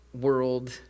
world